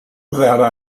without